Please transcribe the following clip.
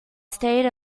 stayed